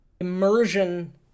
immersion